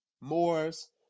Moors